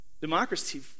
democracy